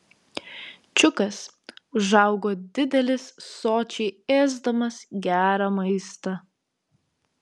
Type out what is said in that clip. čiukas užaugo didelis sočiai ėsdamas gerą maistą